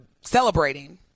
celebrating